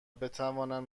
بتوانند